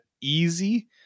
easy